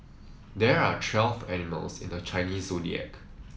there are twelfth animals in the Chinese Zodiac